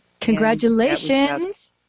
Congratulations